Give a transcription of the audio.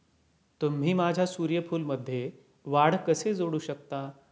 तुम्ही माझ्या सूर्यफूलमध्ये वाढ कसे जोडू शकता?